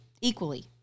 Equally